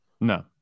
No